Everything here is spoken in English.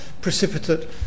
precipitate